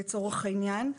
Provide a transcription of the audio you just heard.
לצורך העניין.